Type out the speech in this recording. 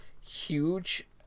huge